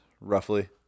roughly